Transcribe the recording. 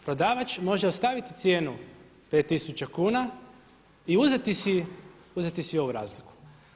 Prodavač može ostaviti cijenu 5 tisuća kuna i uzeti si ovu razliku.